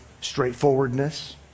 straightforwardness